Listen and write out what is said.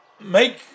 make